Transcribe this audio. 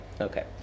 Okay